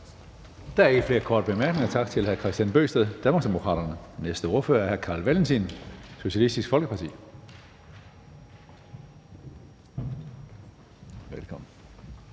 Der er ikke flere korte bemærkninger. Tak til hr. Kristian Bøgsted, Danmarksdemokraterne. Næste ordfører er hr. Carl Valentin, Socialistisk Folkeparti. Velkommen.